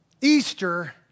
Easter